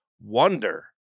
wonder